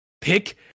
pick